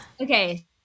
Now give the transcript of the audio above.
okay